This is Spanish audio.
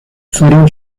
fueron